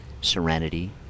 serenity